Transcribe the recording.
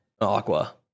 Aqua